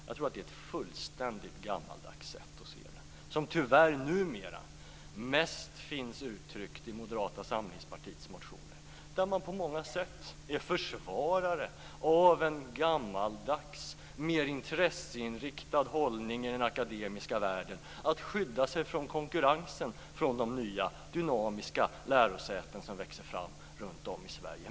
Jag tror att det är ett fullständigt gammaldags sätt att se på detta, men som tyvärr numera mest finns uttryckt i Moderata samlingspartiets motioner, där man på många sätt är försvarare av en gammaldags och mer intresseinriktad hållning i den akademiska världen att skydda sig från konkurrensen från de nya dynamiska lärosäten som växer fram runt om i Sverige.